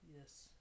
yes